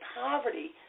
poverty